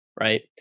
Right